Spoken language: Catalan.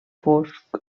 fosc